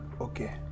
Okay